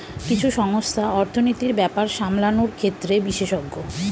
কিছু সংস্থা অর্থনীতির ব্যাপার সামলানোর ক্ষেত্রে বিশেষজ্ঞ